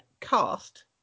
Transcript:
cast